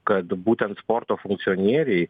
kad būtent sporto funkcionieriai